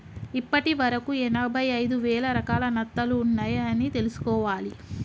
ఇప్పటి వరకు ఎనభై ఐదు వేల రకాల నత్తలు ఉన్నాయ్ అని తెలుసుకోవాలి